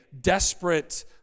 desperate